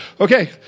Okay